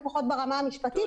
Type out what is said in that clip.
לפחות ברמה המשפטית,